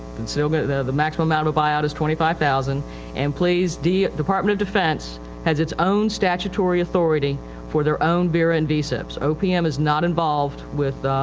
and so but the maximum amount of a buyout is twenty five thousand and please the department of defense has its own statutory authority for their own vera and vsipis. opm is not involved with,